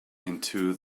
into